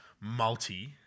multi